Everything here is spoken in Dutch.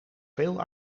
veel